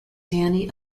danny